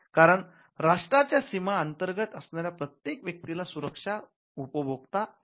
कारण राष्ट्राच्या सीमा अंतर्गत असणाऱ्या प्रत्येक व्यक्तीला राष्ट्रीय सुरक्षा ऊपभोगता येते